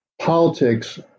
politics